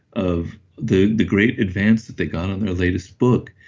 of the the great advances that they got on their latest book.